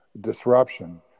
disruption